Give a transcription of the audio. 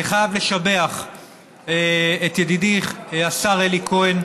אני חייב לשבח את ידידי השר אלי כהן,